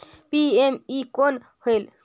PME कौन होयल?